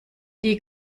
die